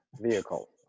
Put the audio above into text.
vehicle